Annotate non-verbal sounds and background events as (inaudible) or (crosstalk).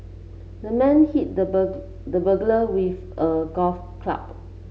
the man hit the (unintelligible) the burglar with a golf club